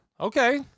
Okay